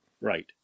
Right